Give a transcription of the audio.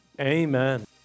amen